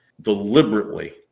Deliberately